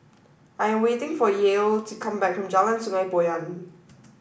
I am waiting for Yael to come back from Jalan Sungei Poyan